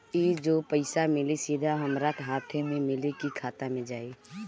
ई जो पइसा मिली सीधा हमरा हाथ में मिली कि खाता में जाई?